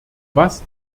was